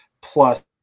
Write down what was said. plus